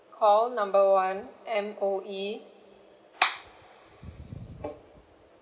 call number one M_O_E